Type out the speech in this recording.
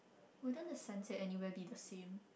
wouldn't the sunset anywhere be the same